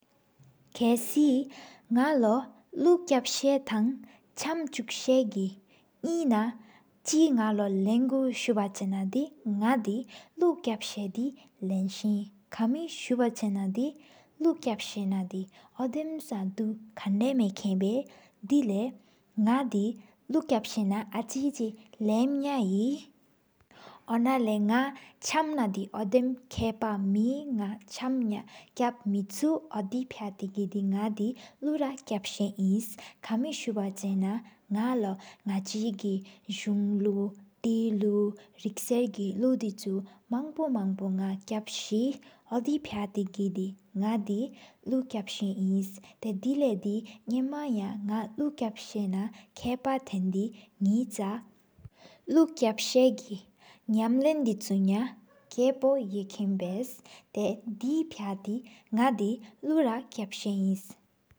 ཁ་སི་ནག་ལོ་ལུ་ཁ་བར་ས་ཐང་། ཆམ་ཆུག་ས་གི་ཉེན་ཆིག་ནག་ལོ་ལ་ང་། སུ་བ་ཆེ་ན་དི་ནག་དི་ལུ་བཀར་ས་དི་ལེན་སེ། ཀ་མི་སུ་བ་ཆེ་ན་དི་ལུ་བཀར་ས་ན་དི། ཨོ་དེམ་སང་དུག་ཀན་ད་མེཁན་བསྟེན་བཤད། དེ་ལེ་ནག་དེ་ལུགས་བཀར་ས་ན་ཨ་བེ་ཆི་ལམ་ཡ་ཧེ། ཨོ་ན་ལེ་ནག་ཆམ་ན་དེ་ཨོ་དེམ་ཁ་བ་མེ། ནག་ཆམ་མ་ཆམ་མེ་ཆུ་ཨོ་དེ་ཕ་ཏེ་གི། ནག་ལུ་ར་བཀས་པེ་ཨིན་ཀ་མི་སུ་བ་ཆེ་ན། ནག་ལོ་ནག་ཆི་གུས་ལུ་ཏེ་ལུ་རིགས་སར་གི་ལུ་འདི་ཆུ། མང་པོ་མང་པོ་ནག་བཀས་པེ་ཨོ་དེ་ཕ་ཡ་ཏེ་གི། ནག་དེ་ལུགས་བཀས་པེ་ཨིན་ཏེ་ལེ་ནེ་ཏེ་པེ་ཉན་མི། མ་ཡ་ནག་ལུ་བཀར་ས་ན་ཁ་ཕ་ཐེན་དི་གི། ཏེ་ནས་ཆ་ལུ་བཀར་ས་གི་ཉམ་ལེམ་ཡ་ཀ་ཕོ། དབྱེ་བ་ད་ཏ་གི་ནག་ལུ་བཀར་ས་ཨིན།